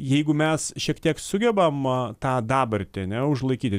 jeigu mes šiek tiek sugebam a tą dabartį ane neužlaikyti